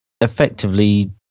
effectively